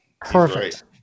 Perfect